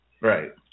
Right